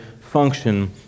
function